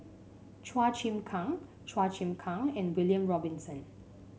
Chua Chim Kang Chua Chim Kang and William Robinson